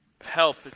Help